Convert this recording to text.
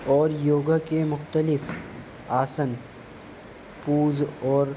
اور یوگا کے مختلف آسن پوز اور